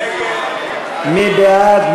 מי בעד?